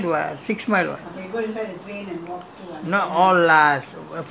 ya lah we need come need come the bukit timah side what six mile